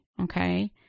Okay